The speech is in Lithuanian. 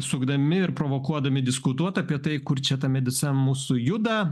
sukdami ir provokuodami diskutuot apie tai kur čia ta medicina mūsų juda